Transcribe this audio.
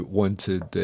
wanted